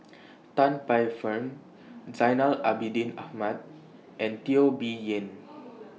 Tan Paey Fern Zainal Abidin Ahmad and Teo Bee Yen